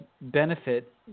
benefit